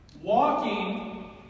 Walking